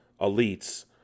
elites